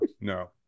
no